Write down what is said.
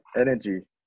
energy